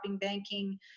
banking